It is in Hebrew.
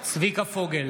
צביקה פוגל,